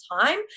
time